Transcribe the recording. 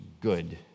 good